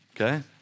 okay